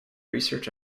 research